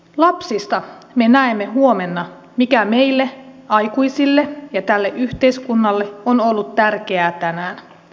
lapsista me näemme huomenna mikä meille aikuisille ja tälle yhteiskunnalle on ollut tärkeää tänään